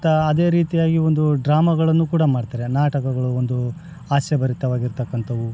ಮತ್ತೆ ಅದೇ ರೀತಿಯಾಗಿ ಒಂದು ಡ್ರಾಮಗಳನ್ನು ಕೂಡ ಮಾಡ್ತಾರೆ ನಾಟಕಗಳು ಒಂದು ಹಾಸ್ಯ ಭರಿತವಾಗಿರ್ತಕ್ಕಂಥವು